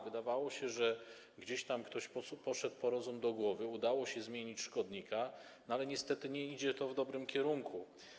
Wydawało się, że gdzieś tam ktoś poszedł po rozum do głowy, udało się zmienić szkodnika, ale niestety nie idzie to w dobrym kierunku.